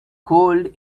cold